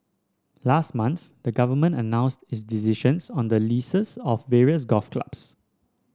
last month the Government announced its decisions on the leases of various golf clubs